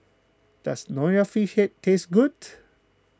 does Nonya Fish Head taste good